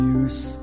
use